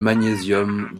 magnésium